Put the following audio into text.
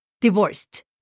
divorced